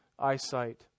eyesight